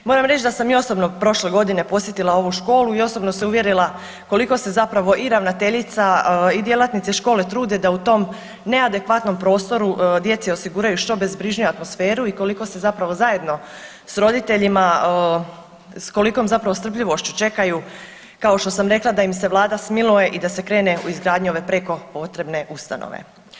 Moram reći da sam i osobno prošle godine posjetila ovu školu i osobno se uvjerila koliko se zapravo i ravnateljica i djelatnici škole trude da u tom neadekvatnom prostoru djeci osiguraju što bezbrižniju atmosferu i koliko se zapravo zajedno s roditeljima, s kolikom zapravo strpljivošću čekaju kao što sam rekla, da im se Vlada smiluje i da se krene u izgradnju ove preko potrebne ustanove.